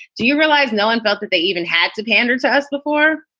do you realize no one felt that they even had to pander to us before?